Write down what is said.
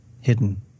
hidden